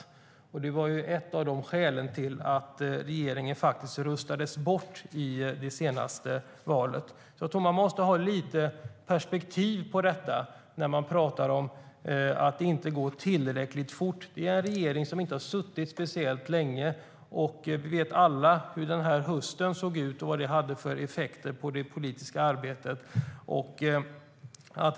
Det var ju ett av skälen till att den tidigare regeringen faktiskt röstades bort i det senaste valet. Jag tror att man måste ha lite perspektiv på detta när man pratar om att det inte går tillräckligt fort. Den nya regeringen har inte suttit speciellt länge, och vi vet alla hur den här hösten såg ut och vad det hade för effekter på det politiska arbetet.